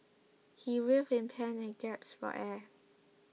he writhed in pain and gasped for air